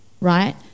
right